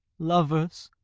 lovers,